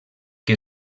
que